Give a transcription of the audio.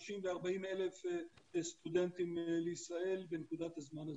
30,000 ו-40,000 סטודנטים לישראל בנקודת הזמן הזו.